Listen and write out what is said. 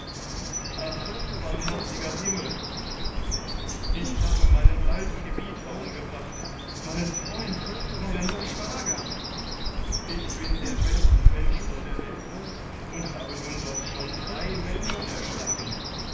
ach barmherziger himmel schluchzt er ich habe meinen alten gebieter umgebracht meinen freund meinen schwager ich bin der beste mensch von der welt und habe nun doch schon drei menschen erschlagen